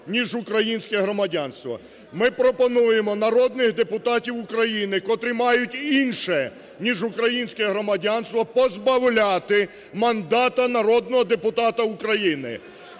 ніж українське громадянство. Ми пропонуємо народних депутатів України, котрі мають інше, ніж українське громадянство позбавляти мандата народного депутата України.